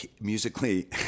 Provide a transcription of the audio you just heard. musically